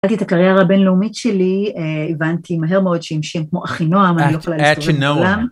שהתחלתי את הקריירה הבינלאומית שלי, הבנתי מהר מאוד שעם שם כמו אחינועם, אני לא יכולה להשתורר את עולם.